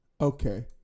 Okay